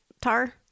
tar